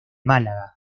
málaga